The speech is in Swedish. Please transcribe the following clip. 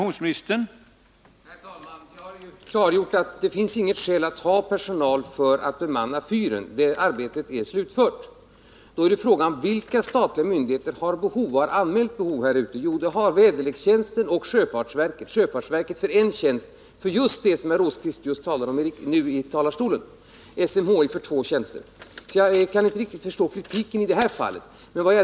Herr talman! Jag har nyss klargjort att det inte finns något skäl att ha personal för att bemanna fyren. Det arbetet är slutfört. Då är frågan: Vilka statliga myndigheter har anmält behov av personal här ute? Jo, det har väderlekstjänsten och sjöfartsverket. Sjöfartsverket har anmält behov av en tjänst, för just det som herr Rosqvist talade om. SMHI har anmält behov av två tjänster. Jag kan inte riktigt förstå kritiken i detta fall.